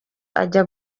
ajya